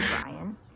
Brian